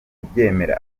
kubyemera